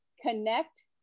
Connect